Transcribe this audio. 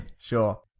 Sure